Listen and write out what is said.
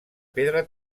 pedra